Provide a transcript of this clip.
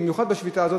במיוחד בשביתה הזאת,